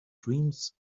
dreams